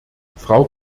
frau